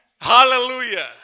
Hallelujah